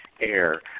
AIR